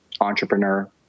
entrepreneur